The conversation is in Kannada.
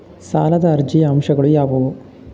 ಸಾಲದ ಅರ್ಜಿಯ ಅಂಶಗಳು ಯಾವುವು?